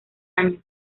año